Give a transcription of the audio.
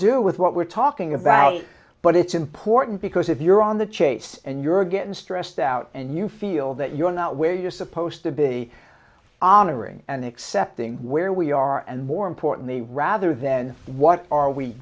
do with what we're talking about but it's important because if you're on the chase and you're getting stressed out and you feel that you're not where you're supposed to be honoring and accepting where we are and more importantly rather than what are we